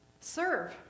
Serve